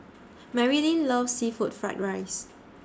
Marylin loves Seafood Fried Rice